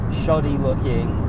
shoddy-looking